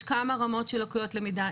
יש כמה רמות של לקויות למידה.